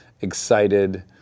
excited